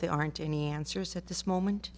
there aren't any answers at this moment